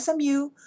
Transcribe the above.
SMU